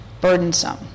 burdensome